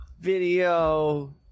video